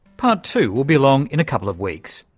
part two will be along in couple of weeks.